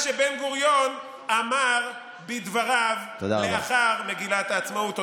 שבן-גוריון אמר בדבריו לאחר מגילת העצמאות.